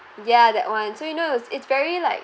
ya that one so you know is it's very like